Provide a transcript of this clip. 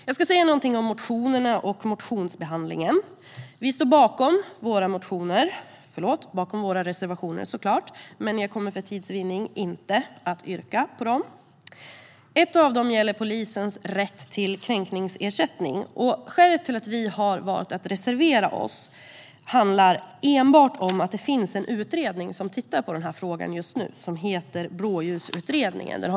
Låt mig säga något om motionerna och motionsbehandlingen. Vi socialdemokrater står bakom våra reservationer, men jag kommer för tids vinnande inte att yrka bifall till dem. En reservation gäller polisers rätt till kränkningsersättning. Skälet till att vi har valt att reservera oss handlar enbart om att det finns en utredning som tittar på frågan just nu, Blåljusutredningen .